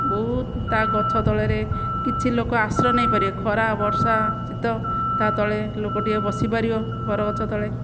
ବହୁତ ତା ଗଛ ତଳରେ କିଛି ଲୋକ ଆଶ୍ରୟ ନେଇପାରିବେ ଖରା ବର୍ଷା ଶୀତ ତା ତଳେ ଲୋକଟିଏ ବସି ପାରିବ ବରଗଛ ତଳେ